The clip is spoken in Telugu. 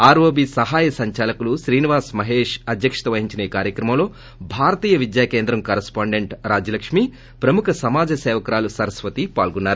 ఆరోఁబీ సహాయ సంచాలకులు శ్రీనివాస మహేష్ అధ్యక్షత వహించిన ఈ కార్యక్రమంలో భారతీయ విద్యా కేంద్రం కరస్పాండెంట్ రాజ్యలక్ష్మి ప్రముఖ సమాజ సేవకురాలు సరస్వతి పాల్గొన్నారు